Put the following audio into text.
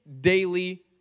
daily